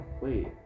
Wait